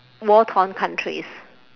war torn countries